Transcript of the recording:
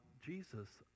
Jesus